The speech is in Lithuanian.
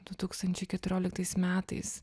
du tūkstančiai keturioliktais metais